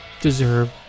deserve